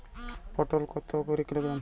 পটল কত করে কিলোগ্রাম?